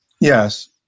Yes